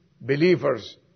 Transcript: believers